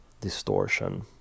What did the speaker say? distortion